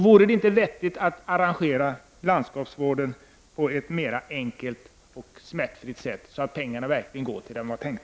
Vore det inte vettigt att arrangera landskapsvården på ett mera enkelt och smärtfritt sätt, så att pengarna går till det som var tänkt?